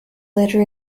later